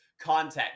context